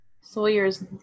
Sawyer's